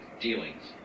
dealings